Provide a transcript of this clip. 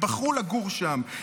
הם בחרו לגור שם,